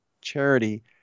charity